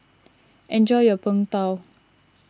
enjoy your Png Tao